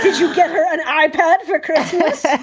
you get her an ipod for christmas? ah